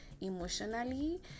emotionally